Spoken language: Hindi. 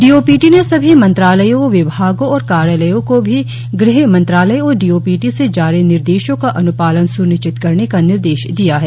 डीओपीटी ने सभी मंत्रालयों विभागों और कार्यालयों को भी गृह मंत्रालय और डीओपीटी से जारी निर्देशों का अन्पालन स्निश्चित करने का निर्देश दिया है